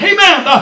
Amen